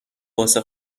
واسه